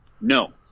No